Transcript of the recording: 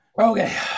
Okay